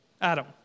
Adam